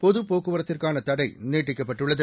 பொதுபோக்குவரத்திற்கானதடைநீட்டிக்கப்பட்டுள்ளது